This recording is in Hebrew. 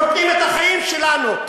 נותנים את החיים שלנו,